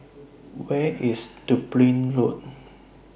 Where IS Dublin Road